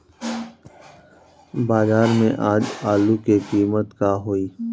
बाजार में आज आलू के कीमत का होई?